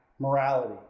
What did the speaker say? morality